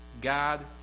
God